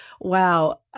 wow